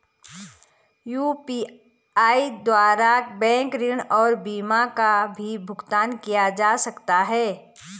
UPI द्वारा bank ऋण और बीमा का भी भुगतान किया जा सकता है?